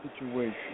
Situation